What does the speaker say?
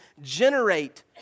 generate